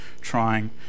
trying